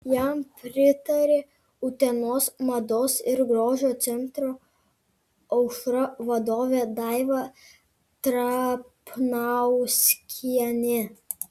jam pritarė utenos mados ir grožio centro aušra vadovė daiva trapnauskienė